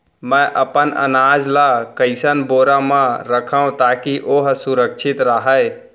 मैं अपन अनाज ला कइसन बोरा म रखव ताकी ओहा सुरक्षित राहय?